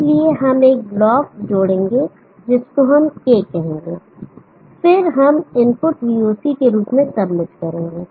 इसलिए हम एक ब्लॉक जोड़ेंगे जिसको हम K कहेंगे और फिर हम इनपुट VOC के रूप में सबमिट करेंगे